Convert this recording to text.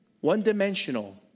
One-dimensional